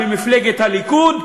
במפלגת הליכוד,